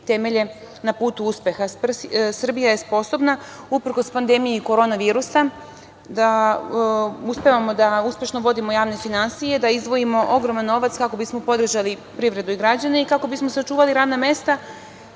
na put uspeha. Srbija je sposobna i uprkos pandemiji korona virusa uspevamo da uspešno vodimo javne finansije, da izdvojimo ogroman novac kako bismo podržali privredu i građane i kako bismo sačuvali radna mesta,